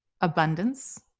abundance